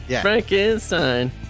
Frankenstein